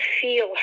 feel